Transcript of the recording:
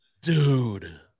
Dude